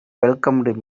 welcomed